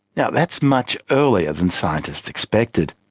yeah that's much earlier than scientists expected.